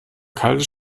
kalte